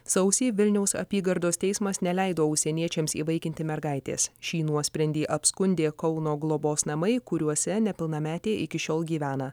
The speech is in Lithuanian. sausį vilniaus apygardos teismas neleido užsieniečiams įvaikinti mergaitės šį nuosprendį apskundė kauno globos namai kuriuose nepilnametė iki šiol gyvena